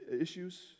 issues